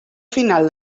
final